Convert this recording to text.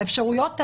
האפשרויות האלה,